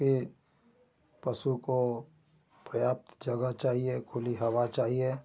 चूँकि पशु को पर्याप्त जगह चाहिए खुली हवा चाहिए